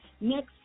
next